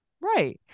right